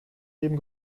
leben